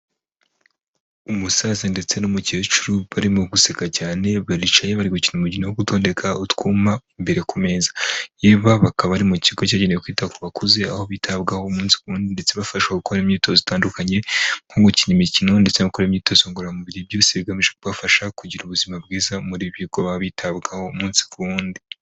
Umusaza ndetse n'umukecuru barimo guseka cyane baricaye bari gukina umukino wo gutondeka utwuma imbere ku meza, bakaba bari mu kigo kigenewe kwita ku bakuze aho bitabwaho umunsi ku wundi ndetse bafashashwa gukora imyitozo itandukanye nko gukina imikino ndetse no gukora imyitozo ngororamubiri byose bigamije kubafasha kugira ubuzima bwiza muri ibi bigo baba bitabwaho umunsi ku wundi.